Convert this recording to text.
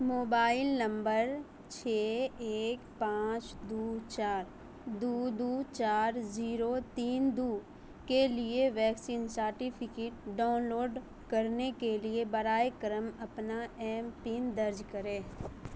mobile number چھ ایک پانچ دو چار دو دو چار زیرو تین دو کے لیے ویکسین سرٹیفکیٹ ڈاؤن لوڈ کرنے کے لیے براہ کرم اپنا ایم پن درج کریں